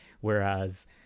whereas